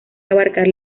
abarcar